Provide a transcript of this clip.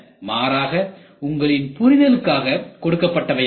மாறாக உங்களின் புரிதலுக்காக கொடுக்கப்பட்டவை ஆகும்